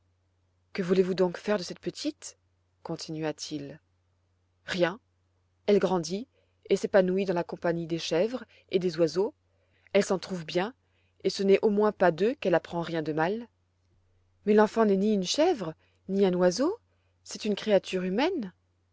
que voulez-vous donc faire de cette petite continua-t-il rien elle grandit et s'épanouit dans la compagnie des chèvres et des oiseaux elle s'en trouve bien et ce n'est au moins pas d'eux qu'elle apprend rien de mal mais l'enfant n'est ni une chèvre ni un oiseau c'est une créature humaine